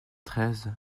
treize